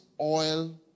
oil